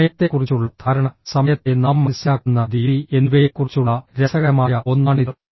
സമയത്തെക്കുറിച്ചുള്ള ധാരണ സമയത്തെ നാം മനസ്സിലാക്കുന്ന രീതി എന്നിവയെക്കുറിച്ചുള്ള രസകരമായ ഒന്നാണിത്